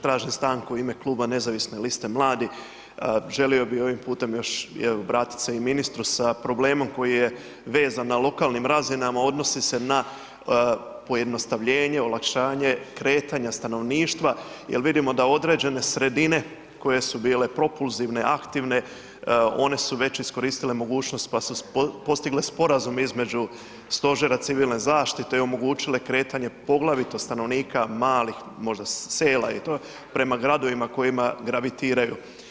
Tražim stanku u ime Kluba Nezavisne liste mladih, želio bih ovim putem još evo i obratiti se ministru sa problemom koji je vezan na lokalnim razinama, odnosi se na pojednostavljenje, olakšanje kretanja stanovništva jer vidimo da određene sredine koje su bile propulzivne, aktivne, one su već iskoristile mogućnost pa su postigle sporazum između Stožera civilne zaštite i omogućile kretanje, poglavito stanovnika malih možda sela i to, prema gradovima kojima gravitiraju.